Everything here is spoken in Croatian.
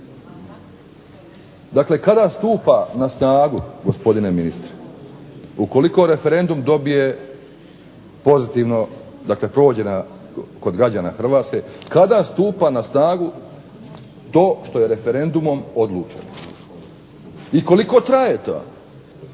dakle kada stupa na snagu gospodine ministre. Ukoliko referendum dobije pozitivno, dakle prođe kod građana Hrvatske, kada stupa na snagu to što je referendumom odlučeno i koliko traje to,